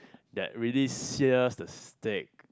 that really sear the steak